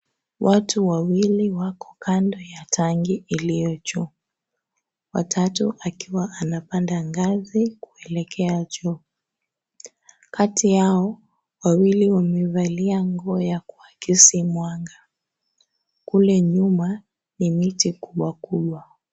Watu wawili wako kando ya tangi iliyo juu. watatu akiwa anapanda ngazi kuelekea juu. kati yao wawili wamevalia nguo ya kuakisi mwanga. kule nyuma ni miti kubwakubwa.